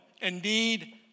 Indeed